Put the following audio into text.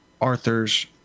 Arthur's